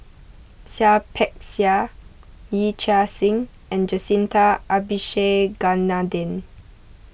Seah Peck Seah Yee Chia Hsing and Jacintha Abisheganaden